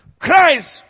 Christ